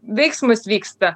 veiksmas vyksta